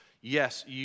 Yes